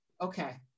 Okay